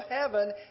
heaven